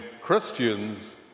Christians